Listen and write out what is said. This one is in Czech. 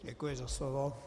Děkuji za slovo.